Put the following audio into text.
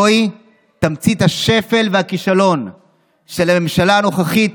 זוהי תמצית השפל והכישלון של הממשלה הנוכחית,